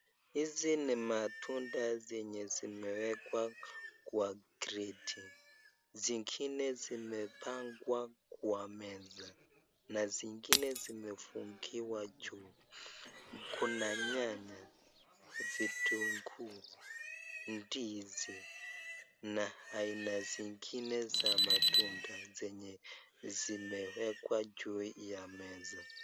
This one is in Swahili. Hizi ni matunda zenye zimewekwa kwa kreti zingine zimepangwa kwa meza na zingine zimefungiwa juu kuna nyanya, vitunguu, ndizi na aina zingine za matunda zenye zimewekwa juu ya meza.